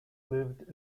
lived